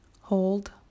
Hold